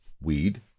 weed